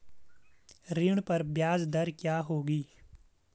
ऋण पर ब्याज दर क्या होगी?